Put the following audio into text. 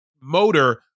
motor